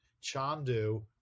Chandu